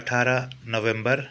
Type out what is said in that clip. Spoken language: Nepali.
अठार नोभेम्बर